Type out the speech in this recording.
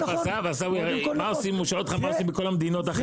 אסף, הוא שואל אותך מה עושים בכל המדינות האחרות?